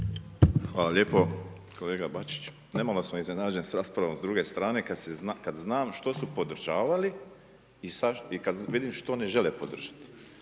Hvala lijepo. Kolega Bačić, nemalo sam iznenađen s raspravom s druge strane, kad znam što su podržavali i kad vidim što ne žele podržati.